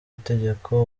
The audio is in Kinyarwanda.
itegeko